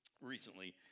recently